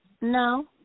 No